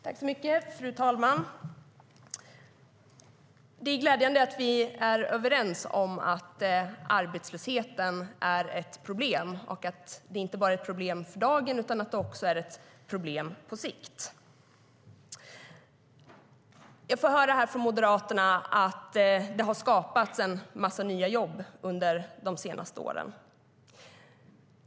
Fru talman! Det är glädjande att vi är överens om att arbetslösheten är ett problem och att det inte bara är ett problem för dagen utan också är ett problem på sikt. Jag får höra här från Moderaterna att det har skapats en massa nya jobb under de senaste åren.